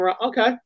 Okay